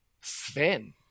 Sven